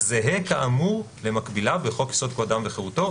הזהה כאמור למקביליו בחוק-יסוד: כבוד האדם וחירותו,